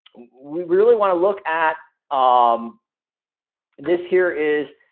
we really wanna look at um this year is.